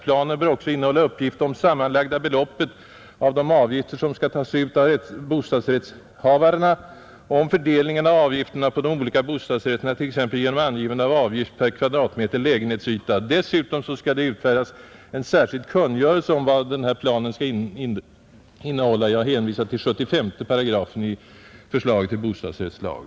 Planen bör också innehålla uppgift om sammanlagda beloppet av de avgifter som skall tas ut av bostadsrättshavaren och om fördelningen av avgifterna på de olika bostadsrätterna, t.ex. genom angivande av avgift per kvadratmeter lägenhetsyta. Dessutom skall det utfärdas en särskild kungörelse om vad denna plan skall innehålla. Jag hänvisar i det fallet till 75 § i förslaget till bostadsrättslag.